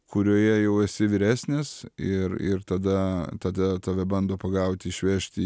kurioje jau esi vyresnis ir ir tada tada tave bando pagauti išvežti